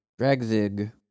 Dragzig